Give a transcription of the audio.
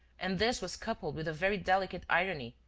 and this was coupled with a very delicate irony,